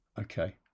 Okay